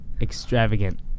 Extravagant